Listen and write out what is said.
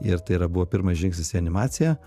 ir tai yra buvo pirmas žingsnis į animaciją